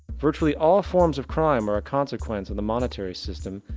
virtually all forms of crime are consequence in the monetary system,